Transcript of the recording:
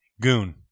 Goon